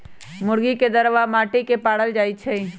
मुर्गी के दरबा माटि के पारल जाइ छइ